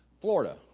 Florida